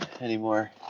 anymore